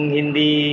Hindi